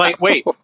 wait